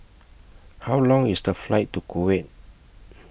How Long IS The Flight to Kuwait